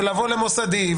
לבוא לבדיקה מוסדית,